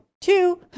Two